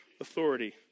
authority